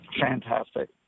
Fantastic